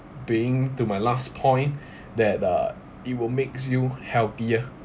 being to my last point that uh it will makes you healthier